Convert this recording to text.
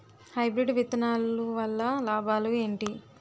Hybrid విత్తనాలు వల్ల లాభాలు ఏంటి?